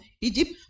Egypt